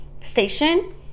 station